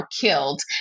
killed